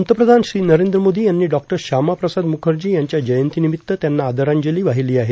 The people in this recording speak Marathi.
पंतप्रधान श्री नरेंद्र मोदी यांनी डॉ श्यामाप्रसाद मुखर्जी यांच्या जयंतीनिमित्त त्यांना आदरांजली वाहिली आहे